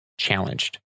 challenged